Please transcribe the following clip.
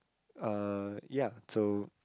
uh ya so